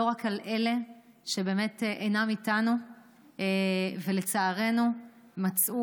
ולא רק על אלה שבאמת אינם איתנו ולצערנו מצאו